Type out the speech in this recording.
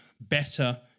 better